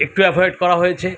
একটু অ্যাভয়েড করা হয়েছে